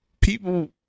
people